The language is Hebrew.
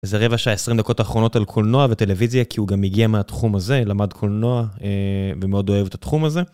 זה רבע שעה עשרים דקות האחרונות על קולנוע וטלוויזיה, כי הוא גם הגיע מהתחום הזה, למד קולנוע ומאוד אוהב את התחום הזה.